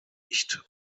nicht